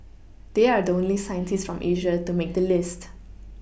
they are the only scientists from Asia to make the list